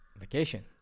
vacation